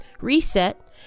reset